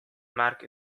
märk